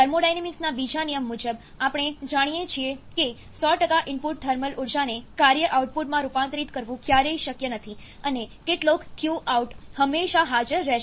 થર્મોડાયનેમિક્સના બીજા નિયમ મુજબ આપણે જાણીએ છીએ કે 100 ઇનપુટ થર્મલ ઉર્જાને કાર્ય આઉટપુટમાં રૂપાંતરિત કરવું ક્યારેય શક્ય નથી અને કેટલોક Qout હંમેશા હાજર રહેશે